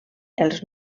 els